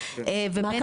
ובין אם בכללים.